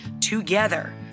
together